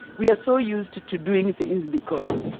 we are so used to to doing things because